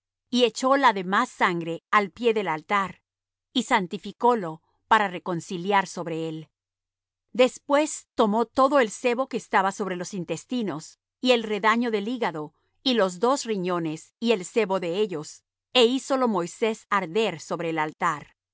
y echó la demás sangre al pie del altar y santificólo para reconciliar sobre él después tomó todo el sebo que estaba sobre los intestinos y el redaño del hígado y los dos riñones y el sebo de ellos é hízolo moisés arder sobre el altar